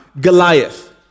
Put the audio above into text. Goliath